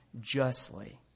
justly